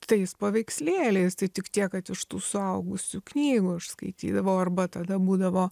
tais paveikslėliaistai tik tiek kad iš tų suaugusių knygų aš skaitydavau arba tada būdavo